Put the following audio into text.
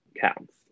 counts